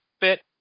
bit